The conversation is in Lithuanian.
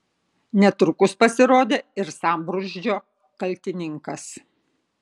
netrukus pasirodė ir sambrūzdžio kaltininkas